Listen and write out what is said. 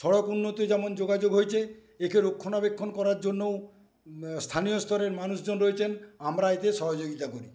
সরক উন্নত যেমন যোগাযোগ হয়েছে একে রক্ষণাবেক্ষণ করার জন্যও স্থানীয় স্তরের মানুষজন রয়েছেন আমরা এতে সহযোগিতা করি